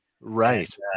Right